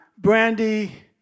Brandy